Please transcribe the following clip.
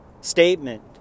statement